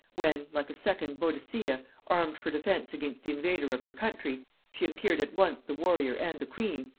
when like a second boadicea, armed for defence against the invader of her country she appeared at once the warrior and the queen,